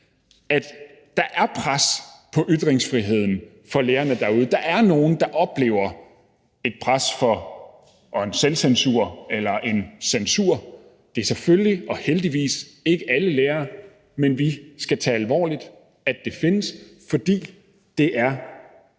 at der er pres på ytringsfriheden for lærerne derude. Der er nogle, der oplever et pres og en selvcensur eller en censur. Det er selvfølgelig og heldigvis ikke alle lærere, men vi skal tage alvorligt, at det findes, fordi det er